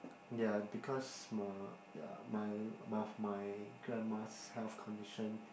ya because my ya my of my grandma's health condition